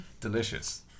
Delicious